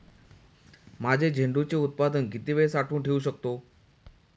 माझे झेंडूचे उत्पादन किती वेळ साठवून ठेवू शकतो?